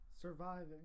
surviving